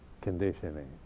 conditioning